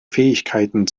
fähigkeiten